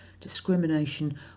discrimination